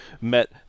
met